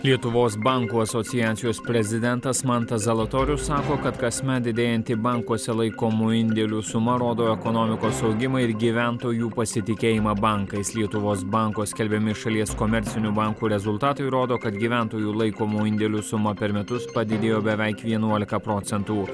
lietuvos bankų asociacijos prezidentas mantas zalatorius sako kad kasmet didėjanti bankuose laikomų indėlių suma rodo ekonomikos augimą ir gyventojų pasitikėjimą bankais lietuvos banko skelbiami šalies komercinių bankų rezultatai rodo kad gyventojų laikomų indėlių suma per metus padidėjo beveik vienuolika procentų